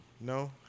No